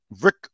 Rick